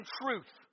truth